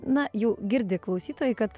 na jau girdi klausytojai kad